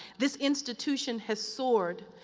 this institution has soared.